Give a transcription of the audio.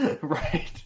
Right